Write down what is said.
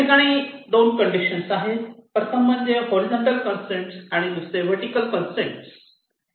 ठिकाणी दोन कंडिशन आहेत प्रथम म्हणजे हॉरीझॉन्टल कंसट्रेन आणि आणि दुसरे वर्टीकल कंसट्रेन